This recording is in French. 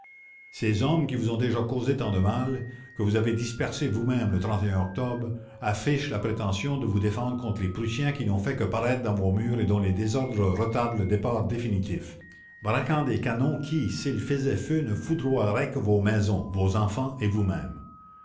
ces hommes qui vous ont déjà causé tant de mal que vous avez dispersés vous-mêmes le octobre affichent la prétention de vous défendre contre les prussiens qui n'ont fait que paraître dans vos murs et dont les désordres retardent le départ définitif braquant des canons qui s'ils faisaient feu ne foudroieraient que vos maisons vos enfants et vous-mêmes